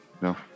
No